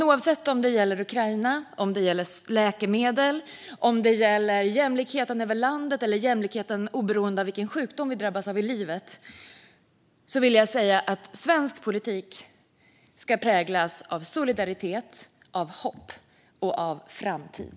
Oavsett om det gäller Ukraina, läkemedel, jämlikheten över landet eller jämlikheten oberoende av vilken sjukdom vi drabbas av i livet vill jag säga att svensk politik ska präglas av solidaritet, hopp och framtid.